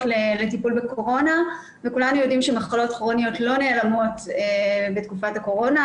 לטיפול בקורונה וכולנו יודעים שמחלות כרוניות לא נעלמות בתקופת הקורונה,